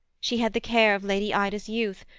she had the care of lady ida's youth,